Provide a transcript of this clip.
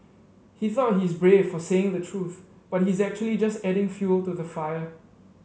he thought he's brave for saying the truth but he's actually just adding fuel to the fire